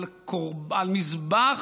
על מזבח